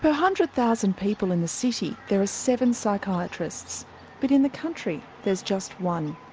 but hundred thousand people in the city there are seven psychiatrists but in the country there's just one.